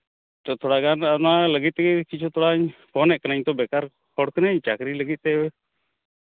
ᱛᱳ ᱛᱷᱚᱲᱟᱜᱟᱱ ᱚᱱᱟ ᱞᱟᱹᱜᱤᱫ ᱛᱮᱜᱮ ᱠᱤᱪᱷᱩ ᱛᱷᱚᱲᱟᱧ ᱯᱷᱳᱱᱮᱫ ᱠᱟᱹᱱᱟᱹᱧ ᱛᱳ ᱵᱮᱠᱟᱨ ᱦᱚᱲ ᱠᱟᱹᱱᱟᱹᱧ ᱪᱟᱹᱠᱨᱤ ᱞᱟᱹᱜᱤᱫ ᱛᱮ